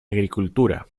agricultura